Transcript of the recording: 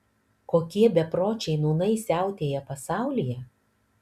kokie bepročiai nūnai siautėja pasaulyje